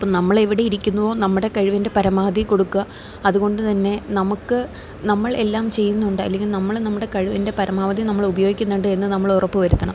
അപ്പോള് നമ്മളെവിടെ ഇരിക്കുന്നോ നമ്മുടെ കഴിവിൻ്റെ പരമാവധി കൊടുക്കുക അതുകൊണ്ടുതന്നെ നമുക്ക് നമ്മൾ എല്ലാം ചെയ്യുന്നുണ്ട് അല്ലെങ്കിൽ നമ്മള് നമ്മുടെ കഴിവിൻ്റെ പരമാവധി നമ്മള് ഉപയോഗിക്കുന്നുണ്ട് എന്നു നമ്മള് ഉറപ്പു വരുത്തണം